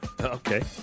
Okay